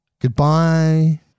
goodbye